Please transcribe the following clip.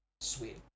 sweet